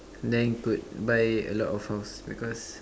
then could buy a lot of house because